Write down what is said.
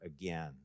again